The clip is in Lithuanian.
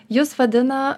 jus vadina